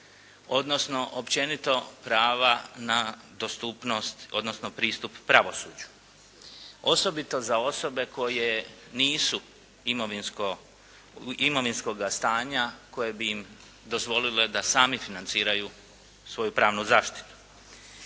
odnosno općenito prava na dostupnost, odnosno pristup pravosuđu osobito za osobe koje nisu imovinskoga stanja koje bi im dozvolile da sami financiraju svoju pravnu zaštitu.